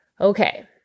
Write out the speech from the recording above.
Okay